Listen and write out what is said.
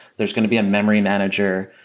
there's can be a memory manager,